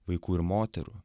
vaikų ir moterų